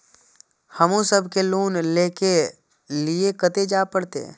हमू सब के लोन ले के लीऐ कते जा परतें?